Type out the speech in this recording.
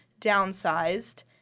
downsized